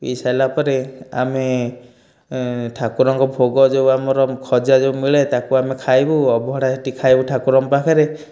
ପିଇ ସାରିଲା ପରେ ଆମେ ଠାକୁରଙ୍କ ଭୋଗ ଯେଉଁ ଆମର ଖଜା ଯେଉଁ ମିଳେ ତାକୁ ଆମେ ଖାଇବୁ ଅଭଡ଼ା ସେଇଠି ଆମେ ଖାଇବୁ ଠାକୁରଙ୍କ ପାଖରେ